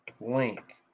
link